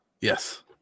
yes